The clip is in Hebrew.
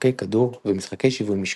משחקי כדור ומשחקי שיווי-משקל.